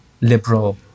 liberal